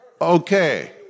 Okay